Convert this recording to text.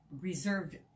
reserved